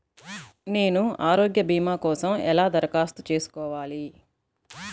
నేను ఆరోగ్య భీమా కోసం ఎలా దరఖాస్తు చేసుకోవాలి?